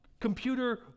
computer